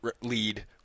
lead